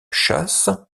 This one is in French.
châsse